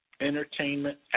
entertainment